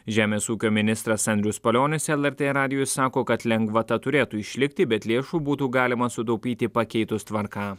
žemės ūkio ministras andrius palionis lrt radijui sako kad lengvata turėtų išlikti bet lėšų būtų galima sutaupyti pakeitus tvarką